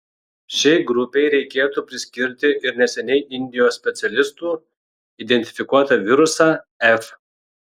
šiai grupei reikėtų priskirti ir neseniai indijos specialistų identifikuotą virusą f